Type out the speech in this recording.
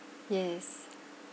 yes